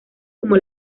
como